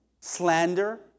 Slander